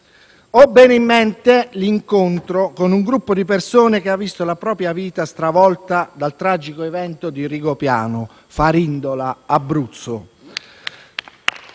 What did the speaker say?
Ho bene in mente l'incontro con un gruppo di persone che ha visto la propria vita stravolta dal tragico evento di Rigopiano, Farindola, Abruzzo.